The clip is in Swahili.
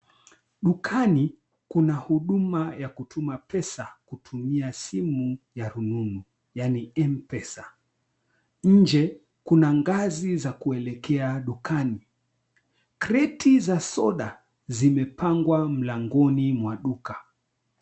Dukani kuna huduma ya kutuma pesa kutumia simu ya rununu yani mpesa. Nje kuna ngazi za kuelekea dukani, kreti za soda zimepangwa mlangoni mwa duka.